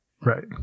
Right